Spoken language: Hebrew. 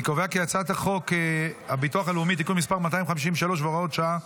אני קובע כי הצעת חוק הביטוח הלאומי (תיקון מס' 253 והוראות שעה),